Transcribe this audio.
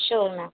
sure ma'am